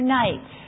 night